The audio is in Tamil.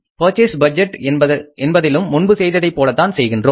பர்ச்சேஸ் பட்ஜெட் என்பதிலும் முன்பு செய்ததைப் போலத்தான் செய்கின்றோம்